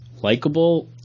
likable